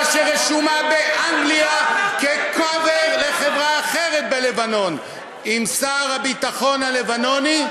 שרשומה באנגליה כ-cover לחברה אחרת בלבנון עם שר הביטחון הלבנוני,